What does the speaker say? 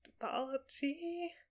apology